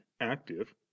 active